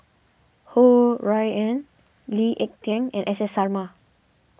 Ho Rui An Lee Ek Tieng and S S Sarma